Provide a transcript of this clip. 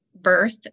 birth